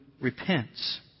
repents